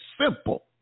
simple